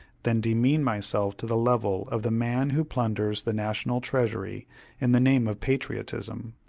than demean myself to the level of the man who plunders the national treasury in the name of patriotism.